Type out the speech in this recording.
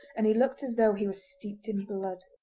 and he looked as though he were steeped in blood.